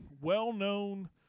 well-known